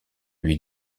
lui